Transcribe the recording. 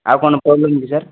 ଆଉ କ'ଣ କହୁଛନ୍ତି କି ସାର୍